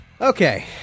okay